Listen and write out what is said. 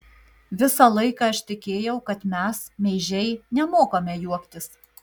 visą laiką aš tikėjau kad mes meižiai nemokame juoktis